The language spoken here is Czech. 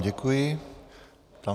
Děkuji vám.